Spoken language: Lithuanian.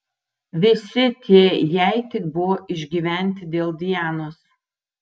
visi tie jei tik buvo išgyventi dėl dianos